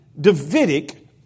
Davidic